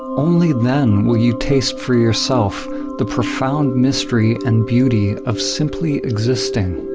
only then will you taste for yourself the profound mystery and beauty of simply existing.